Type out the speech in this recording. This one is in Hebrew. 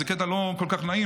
זה קטע לא כל כך נעים.